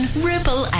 Ripple